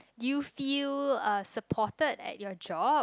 do you feel uh supported at your job